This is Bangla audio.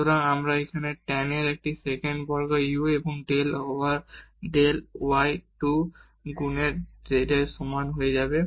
সুতরাং আমরা আপনার tan একটি সেকেন্ড বর্গ u এবং del u over del y 2 গুণ z এর সমান হয়ে যাবে